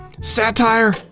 satire